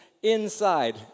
inside